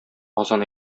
азан